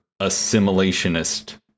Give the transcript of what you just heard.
assimilationist